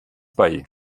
bei